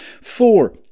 Four